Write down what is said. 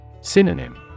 Synonym